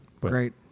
Great